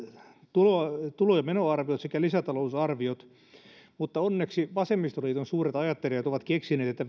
tulo tulo ja menoarviot sekä lisätalousarviot mutta onneksi vasemmistoliiton suuret ajattelijat ovat keksineet että